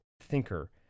thinker